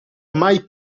mai